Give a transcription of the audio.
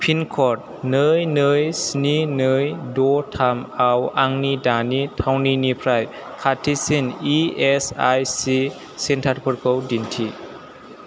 पिनक'ड नै नै स्नि नै द' थाम आव आंनि दानि थावनिनिफ्राय खाथिसिन इ एस आइ सि सेन्टारफोरखौ दिन्थि